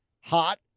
Hot